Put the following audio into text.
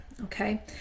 Okay